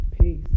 peace